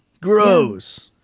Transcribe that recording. gross